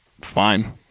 fine